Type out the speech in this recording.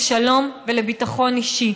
לשלום ולביטחון אישי,